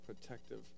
protective